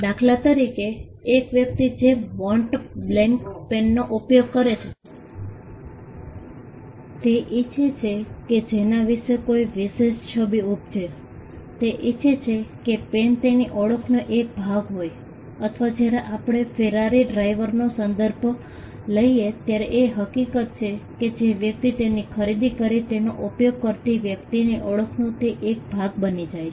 દાખલા તરીકે એક વ્યક્તિ જે મોન્ટ બ્લેન્ક પેનનો ઉપયોગ કરે છે તે ઇચ્છે છે કે તેના વિશે કોઈ વિશેષ છબી ઉપજે તે ઇચ્છે છે કે પેન તેની ઓળખનો એક ભાગ હોય અથવા જ્યારે આપણે ફેરારી ડ્રાઇવરનો સંદર્ભ લઈએ ત્યારે એ હકીકત છે કે જે વ્યક્તિ તેની ખરીદી કરીને તેનો ઉપયોગ કરતી વ્યક્તિની ઓળખનો તે એક ભાગ બની જાય છે